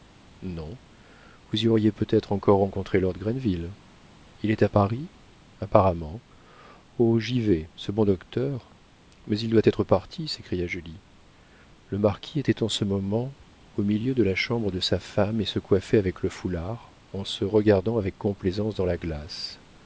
non vous y auriez peut-être encore rencontré lord grenville il est à paris apparemment oh j'y vais ce bon docteur mais il doit être parti s'écria julie le marquis était en ce moment au milieu de la chambre de sa femme et se coiffait avec le foulard en se regardant avec complaisance dans la glace